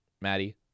Maddie